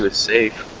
ah save